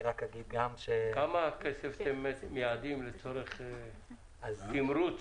רק אגיד --- כמה כסף אתם מייעדים לצורך תמרוץ